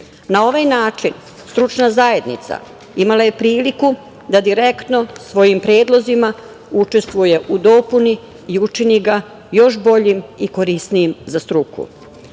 ovaj način stručna zajednica imala je priliku da direktno svojim predlozima učestvuje u dopuni i učini ga još boljim i korisnijim za struku.